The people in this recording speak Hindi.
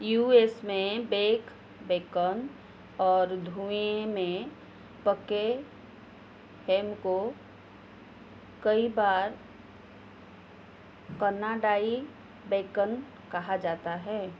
यू एस में बैक बेकन और धुएं में पके हैम को कई बार कनाडाई बैकन कहा जाता है